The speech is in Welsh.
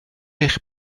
eich